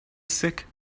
sick